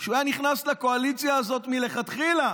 שהוא היה נכנס לקואליציה הזאת מלכתחילה,